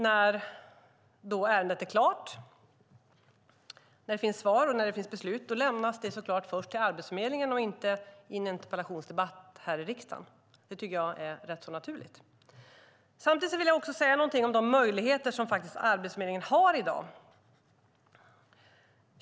När ärendet är klart och när det finns svar och beslut lämnas det såklart först till Arbetsförmedlingen och inte i en interpellationsdebatt här i riksdagen. Det tycker jag är rätt så naturligt. Samtidigt vill jag säga någonting om de möjligheter som Arbetsförmedlingen faktiskt har i dag.